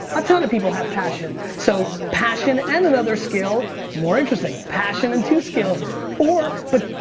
a ton of people have passion. so, passion and another skill more interesting passion and two skills or but,